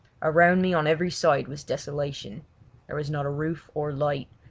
around me on every side was desolation there was not a roof or light,